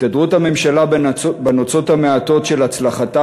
התהדרות הממשלה בנוצות המעטות של הצלחתה